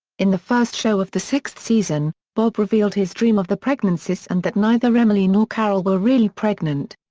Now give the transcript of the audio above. in the first show of the sixth season, bob revealed his dream of the pregnancies and that neither emily nor carol were really pregnant.